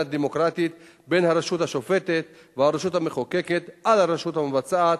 דמוקרטית בין הרשות השופטת והרשות המחוקקת ובין הרשות המבצעת,